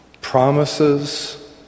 promises